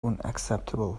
unacceptable